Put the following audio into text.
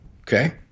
Okay